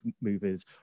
movies